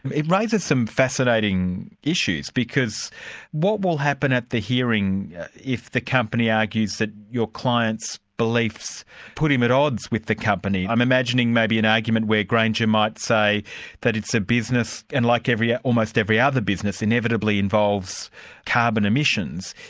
it raises some fascinating issues, because what will happen at the hearing if the company argues that your client's beliefs put him at odds with the company? i'm imagining maybe an argument where granger might say that it's a business, and like yeah almost every yeah other business, inevitably involves carbon emissions.